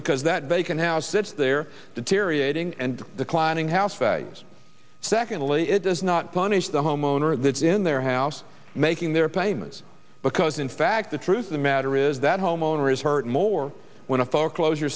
because that vacant house sits there deteriorating and the climbing house values secondly it does not punish the homeowner that's in their house making their payments because in fact the truth of the matter is that homeowners hurt more when a foreclosure